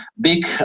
big